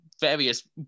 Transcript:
various